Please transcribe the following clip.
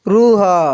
ରୁହ